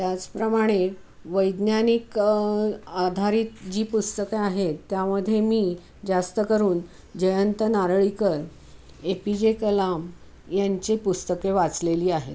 त्याचप्रमाणे वैज्ञानिक आधारित जी पुस्तकं आहेत त्यामध्ये मी जास्त करून Jayant Narlikar A P J Kalam यांची पुस्तके वाचलेली आहेत